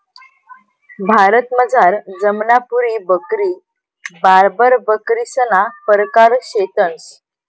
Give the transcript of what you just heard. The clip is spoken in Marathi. भारतमझार जमनापुरी बकरी, बार्बर बकरीसना परकार शेतंस